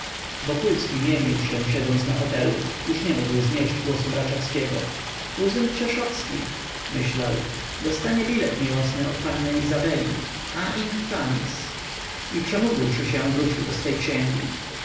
wyjdzie wokulski mienił się siedząc na fotelu już nie mógł znieść głosu mraczewskiego kuzyn krzeszowskich myślał dostanie bilet miłosny od panny izabeli a infamis i przemógłszy się wrócił do swej księgi